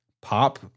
pop